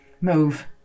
Move